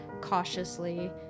cautiously